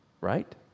right